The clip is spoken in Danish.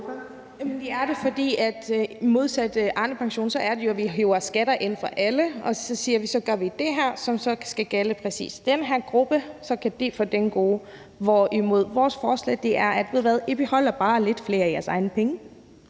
Det er det jo, fordi det er i modsætning til Arnepensionen, hvor vi hiver skatter ind fra alle og siger, at så gør vi det her, som skal gælde for præcis den her gruppe; så kan de få det gode. Derimod er vores forslag, at vi siger: Ved I hvad, I beholder bare lidt flere af jeres egne penge.